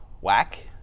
whack